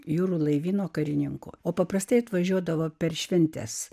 jūrų laivyno karininku o paprastai atvažiuodavo per šventes